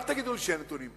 אל תגידו לי שאין נתונים,